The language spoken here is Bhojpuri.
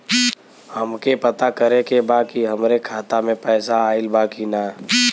हमके पता करे के बा कि हमरे खाता में पैसा ऑइल बा कि ना?